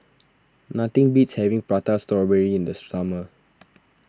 nothing beats having Prata Strawberry in the summer